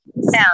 sound